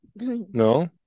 No